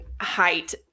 height